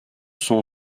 son